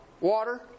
water